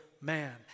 man